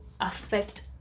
affect